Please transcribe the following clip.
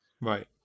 right